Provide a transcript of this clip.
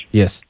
yes